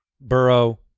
Burrow